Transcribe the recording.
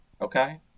okay